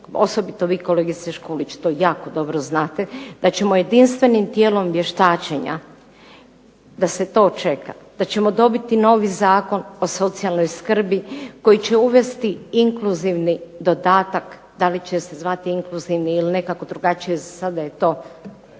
osobito vi kolegice Škulić to jako dobro znate, da ćemo jedinstvenim tijelom vještačenja da se to čeka, da ćemo dobiti novi Zakon o socijalnoj skrbi koji će uvesti inkluzivni dodatak. Da li će se zvati inkluzivni, kako drugačije, sada je to